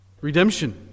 Redemption